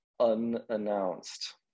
unannounced